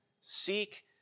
seek